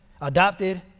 adopted